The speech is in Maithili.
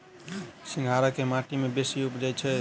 सिंघाड़ा केँ माटि मे बेसी उबजई छै?